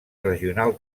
regional